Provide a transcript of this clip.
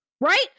Right